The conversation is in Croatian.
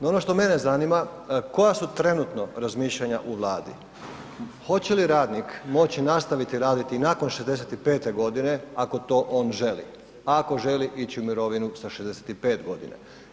No ono što mene zanima koja su trenutno razmišljanja u Vladi, hoće li radnik moći nastaviti raditi i nakon 65 godine ako to on želi, a ako želi ići u mirovinu sa 65 godina?